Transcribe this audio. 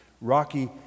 rocky